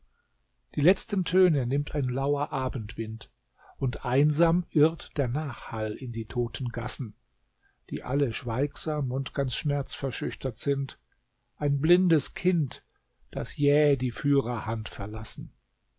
die letzten töne nimmt ein lauer abendwind und einsam irrt der nachhall in die toten gassen die alle schweigsam und ganz schmerzverschüchtert sind ein blindes kind das jäh die führerhand verlassen